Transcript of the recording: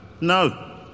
No